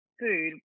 food